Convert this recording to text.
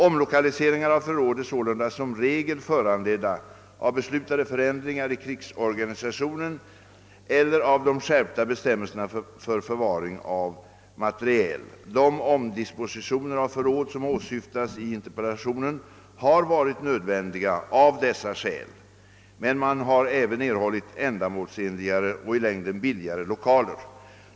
Omlokaliseringar av förråd är sålunda som regel föranledda av beslutade förändringar i krigsorganisationen eller av de skärpta bestämmelserna för förvaring av försvarsmateriel. De omdispositioner av förråd som åsyftas i interpellationen har varit nödvändiga av dessa skäl, men man har även erhållit ändamålsenligare och i längden billigare lokaler.